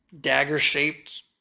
dagger-shaped